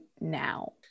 now